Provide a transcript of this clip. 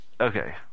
Okay